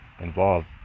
involved